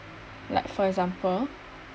like for example